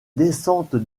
descendante